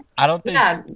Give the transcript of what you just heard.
i don't think um